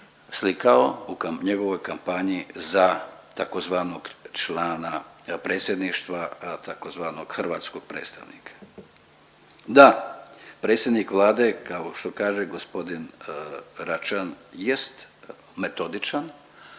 slikao u njegovoj kampanji za tzv. člana predsjedništva tzv. hrvatskog predstavnika. Da, predsjednik Vlade kao što kaže gospodin Račan jest metodičan,